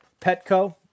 Petco